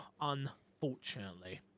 unfortunately